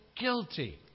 guilty